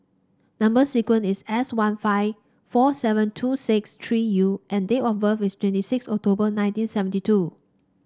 number sequence is S one five four seven two six three U and date of birth is twenty six October nineteen seventy two